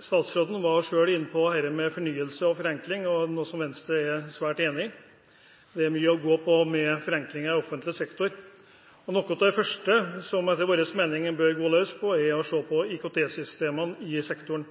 Statsråden var selv inne på dette med fornyelse og forenkling, noe som Venstre er svært enig i. Det er mye å gå på når det gjelder forenkling i offentlig sektor. Noe av det første som man etter vår mening bør gå løs på, er å se på IKT-systemene i sektoren.